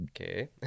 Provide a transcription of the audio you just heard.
okay